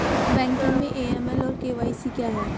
Banking में AML और KYC क्या हैं?